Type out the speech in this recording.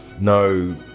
No